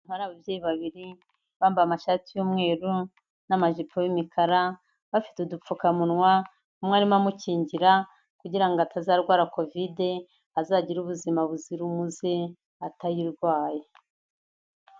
Ahari ababyeyi babiri, bambaye amashati y'umweru n'amajipo y'umukara, bafite udupfukamunwa, umwe arimo amukingira kugira ngo atazarwara Kovide azagire ubuzima buzira umuze atayirwaye.